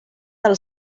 del